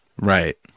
right